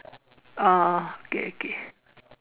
oh okay okay